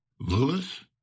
Lewis